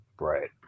Right